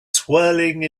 swirling